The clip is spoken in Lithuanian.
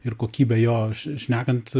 ir kokybę jo š šnekant